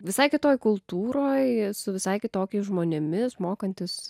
visai kitoj kultūroj su visai kitokiais žmonėmis mokantis